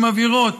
שמבהירות